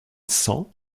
cent